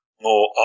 more